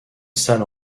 salle